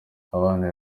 abana